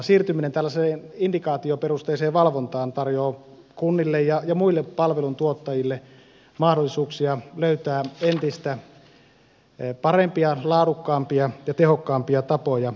siirtyminen tällaiseen indikaatioperusteiseen valvontaan tarjoaa kunnille ja muille palveluntuottajille mahdollisuuksia löytää entistä parempia laadukkaampia ja tehokkaampia tapoja tuottaa palveluita